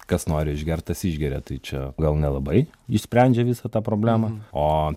kas nori išgert tas išgeria tai čia gal nelabai išsprendžia visą tą problemą o